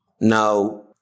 Now